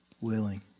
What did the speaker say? willing